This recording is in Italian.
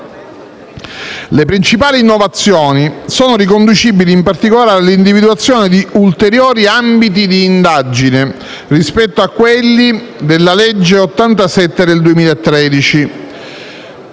Le principali innovazioni sono riconducibili in particolare all'individuazione di ulteriori ambiti d'indagine rispetto a quelli della legge n. 87 del 2013.